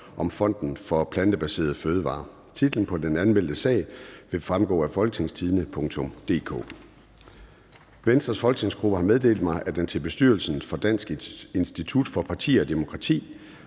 om Fonden for Plantebaserede Fødevarer). Titlen på den anmeldte sag vil fremgå af www.folketingstidende.dk (jf. ovenfor). Venstres folketingsgruppe har meddelt mig, at den til bestyrelsen for Dansk Institut for Partier og Demokrati